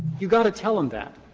you've got to tell them that.